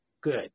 good